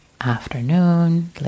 afternoon